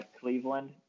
Cleveland